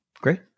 Great